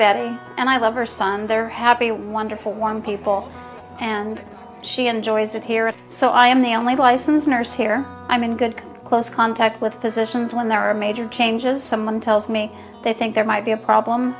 betty and i love her son they're happy wonderful warm people and she enjoys it here so i am the only licensed nurse here i'm in good close contact with physicians when there are major changes someone tells me they think there might be a problem